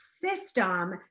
system